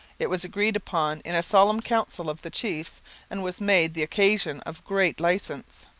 it was agreed upon in a solemn council of the chiefs and was made the occasion of great licence.